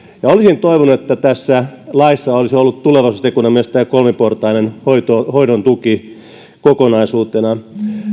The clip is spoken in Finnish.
ja olisin toivonut että tässä laissa olisi ollut tulevaisuustekona myös tämä kolmiportainen tuki kokonaisuutena